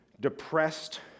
depressed